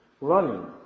running